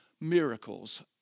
miracles